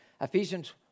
Ephesians